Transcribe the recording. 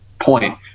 point